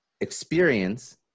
experience